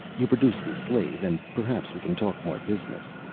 you produce this slave and perhaps we can talk more business.